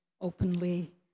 openly